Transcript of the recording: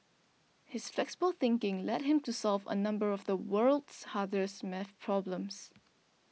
his flexible thinking led him to solve a number of the world's hardest math problems